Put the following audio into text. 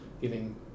giving